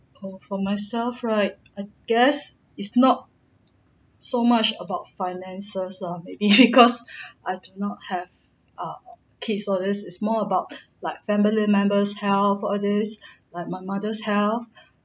for myself right I guess it's not so much about finances lor maybe because I did not have err kids all this is more about like family members health all this like my mother's health